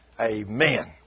amen